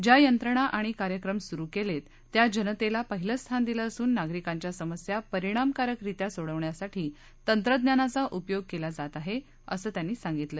ज्या यंत्रणा आणि कार्यक्रम सुरु केलेत त्यात जनतेला पहिलं स्थान दिलं असून नागरिकांच्या समस्या परिणामकारकरित्या सोडवण्यासाठी तंत्रज्ञानाचा उपयोग केला जात आहे असं त्यांनी सांगितलं